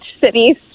cities